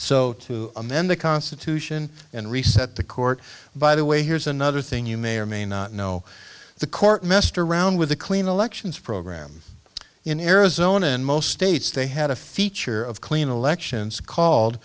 so to amend the constitution and reset the court by the way here's another thing you may or may not know the court messed around with the clean elections program in arizona in most states they had a feature of clean elections called